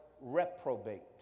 reprobate